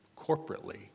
corporately